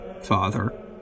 father